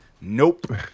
Nope